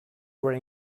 were